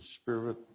spirit